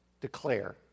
declare